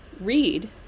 read